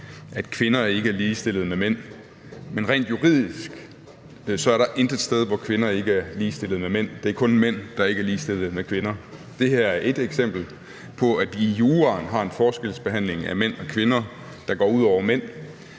at kvinder ikke er ligestillet med mænd, men rent juridisk er der intet sted, hvor kvinder ikke er ligestillet med mænd. Det er kun mænd, der ikke er ligestillet med kvinder. Det her er ét eksempel på, at vi i juraen har en forskelsbehandling af mænd og kvinder, der går ud over mænd,